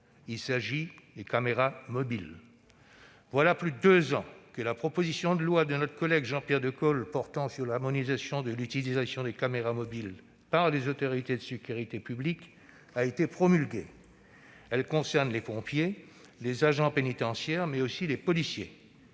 à savoir les caméras mobiles. Voilà plus de deux ans que la loi de Jean-Pierre Decool relative à l'harmonisation de l'utilisation des caméras mobiles par les autorités de sécurité publique a été votée et promulguée. Elle concerne les pompiers, les agents pénitentiaires, mais aussi les policiers.